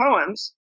poems